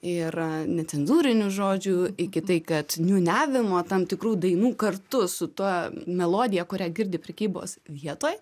ir necenzūrinių žodžių iki tai kad niūniavimo tam tikrų dainų kartu su tuo melodija kurią girdi prekybos vietoj